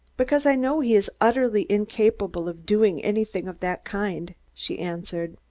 because i know he is utterly incapable of doing anything of that kind, she answered.